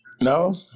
No